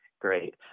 Great